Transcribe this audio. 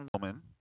woman